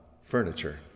furniture